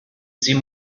sie